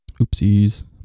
oopsies